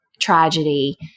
tragedy